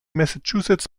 massachusetts